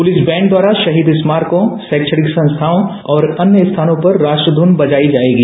police band द्वारा शहीद स्मारकों शैक्षणिक संस्थाओं और अन्य स्थानों पर राष्ट्र ध्रन बजायी जाएगी